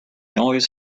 always